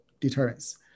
deterrence